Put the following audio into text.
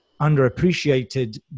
underappreciated